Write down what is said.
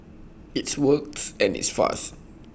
it's works and it's fast